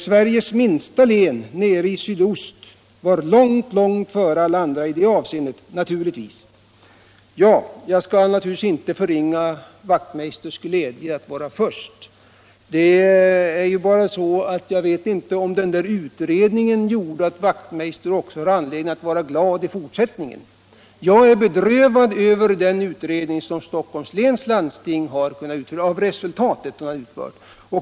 Sveriges minsta län nere i sydost var långt, långt före alla andra i det avseendet — naturligtvis. Ja, jag skall inte förringa herr Wachtmeisters glädje över att vara först. Det är bara så att jag inte vet, om den där utredningen gjorde att herr Wachtmeister också har anledning att vara glad i fortsättningen. Jag är bedrövad över resultatet av den utredning som Stockholms läns landsting har utfört.